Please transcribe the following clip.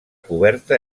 coberta